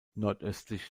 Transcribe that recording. nordöstlich